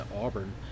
Auburn